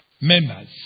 members